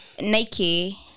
Nike